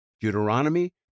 Deuteronomy